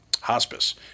hospice